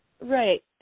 Right